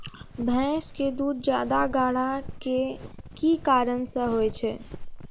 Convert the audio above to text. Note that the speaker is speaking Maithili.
भैंस के दूध ज्यादा गाढ़ा के कि कारण से होय छै?